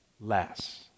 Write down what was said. less